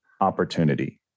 opportunity